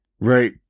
Right